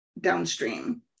downstream